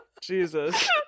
Jesus